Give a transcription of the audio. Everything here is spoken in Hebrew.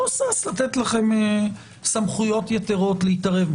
לא שש לתת לכם סמכויות יתרות להתערב.